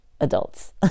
adults